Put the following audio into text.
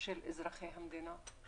של אזרחי המדינה.